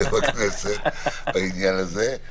בעניין הזה.